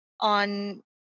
on